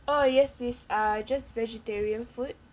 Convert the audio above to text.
oh yes please err just vegetarian food